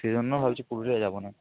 সেজন্য ভাবছি পুরুলিয়া যাবো না